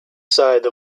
side